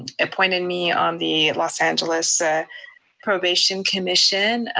appointed me on the los angeles ah probation commission.